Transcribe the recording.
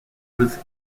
was